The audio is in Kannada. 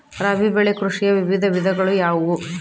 ರಾಬಿ ಬೆಳೆ ಕೃಷಿಯ ವಿವಿಧ ವಿಧಗಳು ಯಾವುವು?